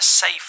Safe